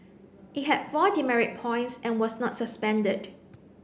it had four demerit points and was not suspended